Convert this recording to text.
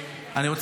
אני לא יודע.